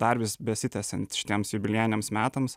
dar vis besitęsiant šitiems jubiliejiniams metams